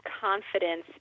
confidence